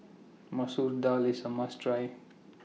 Masoor Dal IS A must Try